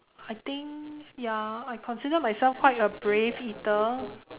I think ya I consider myself quite a brave eater